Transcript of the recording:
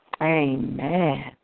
Amen